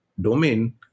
domain